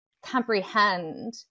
comprehend